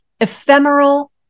ephemeral